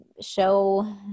show